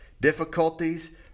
difficulties